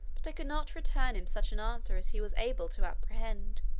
but i could not return him such an answer as he was able to apprehend